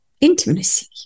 Intimacy